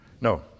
No